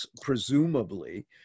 presumably